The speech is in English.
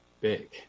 big